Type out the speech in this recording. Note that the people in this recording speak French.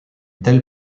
telle